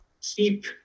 keep